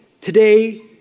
today